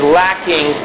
lacking